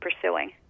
pursuing